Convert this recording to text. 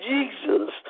Jesus